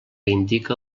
indique